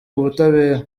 ubutabera